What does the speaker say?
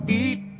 eat